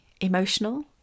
emotional